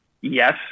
yes